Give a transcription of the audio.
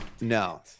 no